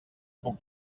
puc